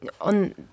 on